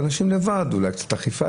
אולי הייתה קצת אכיפה,